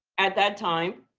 at that time,